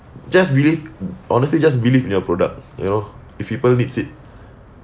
just believe honestly just believe in your product you know if people needs it